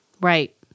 Right